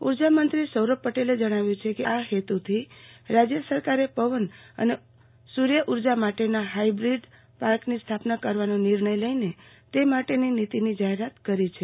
ઉર્જા મંત્રી સૌરભ પટેલે જજ્ઞાવ્યું છે કે આ હેતુથી રાજ્ય સરકારે પવન અને સૂર્ય ઊર્જા માટેના હાઈબ્રીડ પાર્કની સ્થાપના કરવાનો નિર્ણય લઈને તે માટેની નીતિની જાહેરાત કરી છે